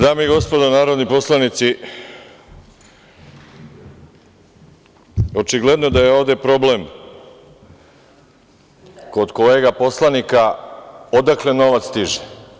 Dame i gospodo narodni poslanici, očigledno da je ovde problem kod kolega poslanika odakle novac stiže.